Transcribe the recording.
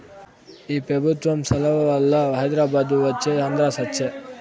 ఈ పెబుత్వం సలవవల్ల హైదరాబాదు వచ్చే ఆంధ్ర సచ్చె